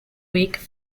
week